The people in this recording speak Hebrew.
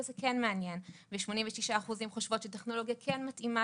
זה כן מעניין וכ-86% חושבות שטכנולוגיה כן מתאימה